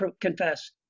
confess